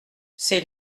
c’est